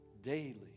daily